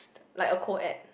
like a co ed